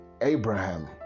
Abraham